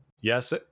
Yes